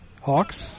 Hawks